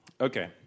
Okay